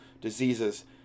diseases